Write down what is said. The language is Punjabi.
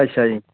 ਅੱਛਾ ਜੀ